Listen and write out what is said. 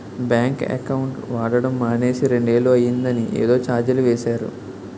bank account వాడడం మానేసి రెండేళ్ళు అయిందని ఏదో చార్జీలు వేసేరు